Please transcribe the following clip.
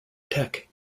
tech